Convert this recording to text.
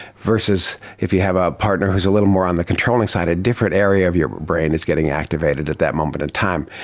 versus if you have a partner who is a little more on the controlling side, a different area of your brain is getting activated at that moment in time.